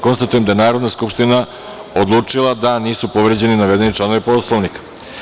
Konstatujem da je Narodna skupština odlučila da nisu povređeni navedeni članovi Poslovnika.